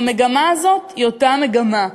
המגמה היא אותה מגמה.